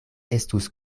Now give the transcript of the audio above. estus